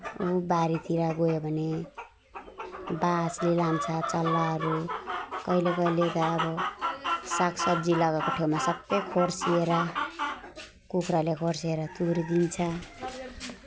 उयो बारीतिर गयो भने बाजले लान्छ चल्लाहरू कहिले कहिले त अब साग सब्जी लगाएको ठाउँमा सबै खोस्रिएर कुखुराले खोस्रिएर तुरिदिन्छ